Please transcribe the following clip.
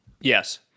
Yes